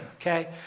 Okay